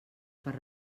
per